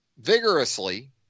vigorously